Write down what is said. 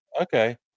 okay